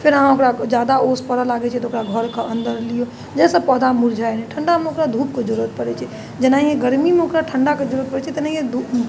फेर अहाँ ओकरा ज्यादा ओस पड़ऽ लागै छै तऽ ओकरा घरके अन्दर लिऔ जाहिसँ पौधा मुरझाइ नहि ठण्डामे ओकरा धूपके जरूरत पड़ै छै जेनाहिए गरमीमे ओकरा ठण्डाके जरूरत पड़ै छै तेनाहिए